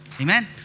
Amen